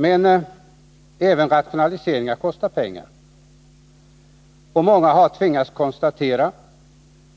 Men även rationaliseringar kostar pengar, och många har tvingats konstatera